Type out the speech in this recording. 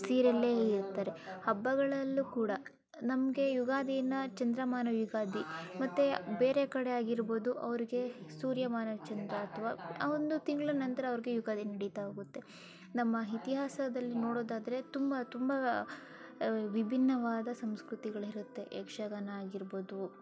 ಸೀರೆಲೇ ಇರ್ತಾರೆ ಹಬ್ಬಗಳಲ್ಲೂ ಕೂಡ ನಮಗೆ ಯುಗಾದೀನ ಚಂದ್ರಮಾನ ಯುಗಾದಿ ಮತ್ತು ಬೇರೆ ಕಡೆ ಆಗಿರ್ಬೋದು ಅವ್ರಿಗೆ ಸೂರ್ಯಮಾನ ಚಂದ್ರ ಅಥ್ವಾ ಒಂದು ತಿಂಗಳು ನಂತರ ಅವ್ರಿಗೆ ಯುಗಾದಿ ನಡೀತಾ ಹೋಗುತ್ತೆ ನಮ್ಮ ಇತಿಹಾಸದಲ್ಲಿ ನೋಡೋದಾದರೆ ತುಂಬ ತುಂಬ ವಿಭಿನ್ನವಾದ ಸಂಸ್ಕೃತಿಗಳು ಇರುತ್ತೆ ಯಕ್ಷಗಾನ ಆಗಿರ್ಬೋದು